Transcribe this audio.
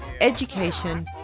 education